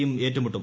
യും ഏറ്റുമുട്ടും